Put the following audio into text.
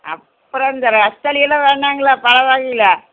அப்புறம் அந்த ரஸ்தாளியெலாம் வேணாங்களா பழ வகையில்